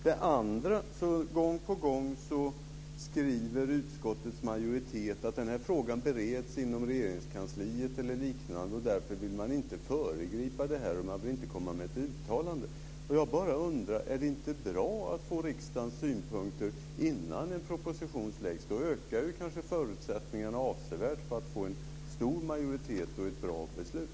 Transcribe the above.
Det andra är att gång på gång skriver utskottets majoritet att frågan bereds inom Regeringskansliet, eller något liknande, och därför vill man inte föregripa detta genom att komma med ett uttalande. Är det inte bra att få riksdagens synpunkter innan en proposition läggs fram? Då ökar kanske förutsättningarna avsevärt för att få en stor majoritet och ett bra beslut.